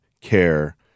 care